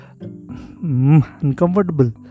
uncomfortable